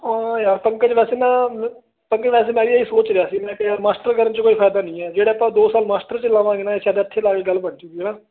ਹਾਂ ਯਾਰ ਪੰਕਜ ਵੈਸੇ ਨਾ ਪੰਕਜ ਵੈਸੇ ਮੈਂ ਵੀ ਇਹੀ ਸੋਚ ਰਿਹਾ ਸੀ ਮੈਂ ਕਿਹਾ ਯਾਰ ਮਾਸਟਰ ਕਰਨ 'ਚ ਕੋਈ ਫਾਇਦਾ ਨਹੀਂ ਹੈ ਜਿਹੜੇ ਆਪਾਂ ਉਹ ਦੋ ਸਾਲ ਮਾਸਟਰ 'ਚ ਲਾਵਾਂਗੇ ਨਾ ਸ਼ਾਇਦ ਇੱਥੇ ਲਾਏ ਗੱਲ ਬਣ ਜੂਗੀ ਹੈ ਨਾ